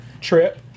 trip